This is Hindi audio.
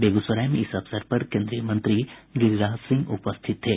बेगूसराय में इस अवसर पर केन्द्रीय मंत्री गिरिराज सिंह उपस्थित थे